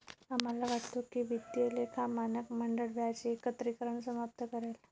आम्हाला वाटते की वित्तीय लेखा मानक मंडळ व्याज एकत्रीकरण समाप्त करेल